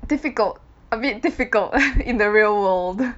difficult a bit difficult in the real world